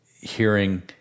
hearing